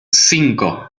cinco